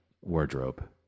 wardrobe